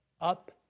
up